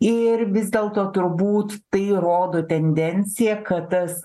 ir vis dėlto turbūt tai rodo tendenciją kad tas